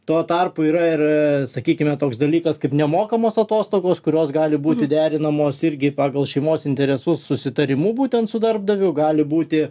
tuo tarpu yra ir sakykime toks dalykas kaip nemokamos atostogos kurios gali būti derinamos irgi pagal šeimos interesus susitarimu būtent su darbdaviu gali būti